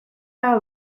are